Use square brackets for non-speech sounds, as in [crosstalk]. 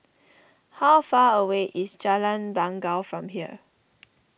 how far away is Jalan Bangau from here [noise]